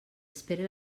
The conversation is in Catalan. espere